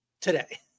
today